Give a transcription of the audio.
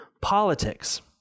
politics